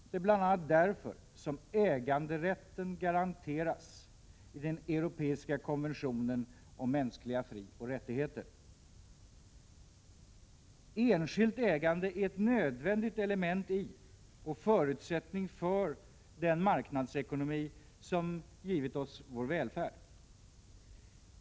Det är bl.a. därför som äganderätten garanteras i den europeiska konventionen om mänskliga frioch rättigheter. Enskilt ägande är ett nödvändigt element i och förutsättning för den marknadsekonomi som givit oss vår välfärd.